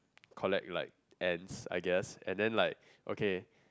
collect like ants I guess and then like okay